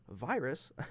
virus